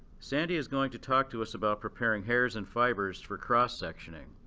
sandy is going to talk to us about preparing hairs and fibers for cross-sectioning.